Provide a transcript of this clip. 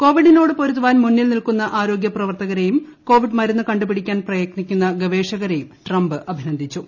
കോവിഡിനോട് പൊരുതുവാൻ മുന്നിൽ നിൽക്കുന്ന ആരോഗൃപ്രവർത്തകരേയും കോവിഡ് മരുന്നു കണ്ടുപിടിക്കാൻ പ്രയത്നിക്കുന്ന ഗവേഷകരേയും ട്രംപ് അഭിനന്ദിച്ചു